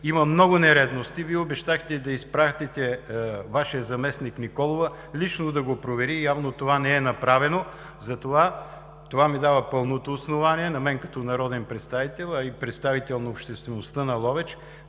има много нередности, Вие обещахте да изпратите Вашия заместник Николова, лично да го провери, но явно това не е направено и това ми дава пълното основание на мен като народен представител, а и като представител на обществеността на Ловеч,